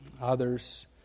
Others